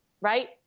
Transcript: right